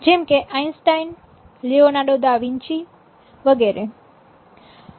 જેમ કે Einstein Leonardo da Vinci વગેરે